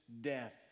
death